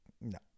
no